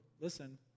listen